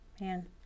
man